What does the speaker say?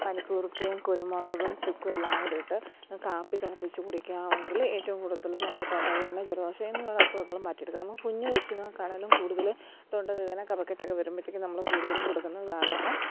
പനിക്കൂർക്കയും കുരുമുളകും ചുക്കും എല്ലാംകൂടെ ഇട്ട് കാപ്പി തിളപ്പിച്ച് കുടിക്കാമെങ്കില് ഏറ്റവും കൂടുതല് നമ്മള് തൊണ്ടവേദന ജലദോഷം എന്നീ ഉള്ള അസുഖങ്ങളും മാറ്റിയെടുക്കാം നമുക്ക് കുഞ്ഞ് കൊച്ചുങ്ങൾക്കാണേലും കൂടുതല് തൊണ്ടവേദന കഫക്കെട്ടൊക്കെ വരുമ്പോഴത്തേക്കും നമ്മള് കൂടുതലും കൊടുക്കുന്ന സാധനം ആണ്